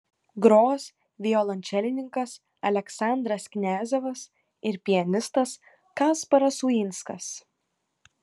gros violončelininkas aleksandras kniazevas ir pianistas kasparas uinskas